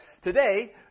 Today